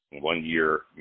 one-year